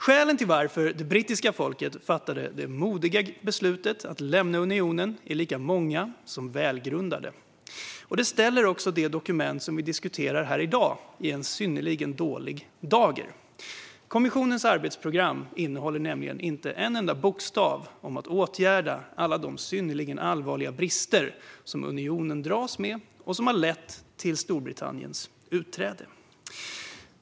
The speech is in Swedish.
Skälen till att det brittiska folket fattade det modiga beslutet att lämna unionen är lika många som välgrundade, och de ställer det dokument vi debatterar i dag i en synnerligen dålig dager. Kommissionens arbetsprogram innehåller nämligen inte en enda bokstav om att åtgärda alla de synnerligen allvarliga brister som unionen dras med och som har lett till Storbritanniens utträde.